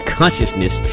consciousness